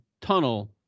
tunnel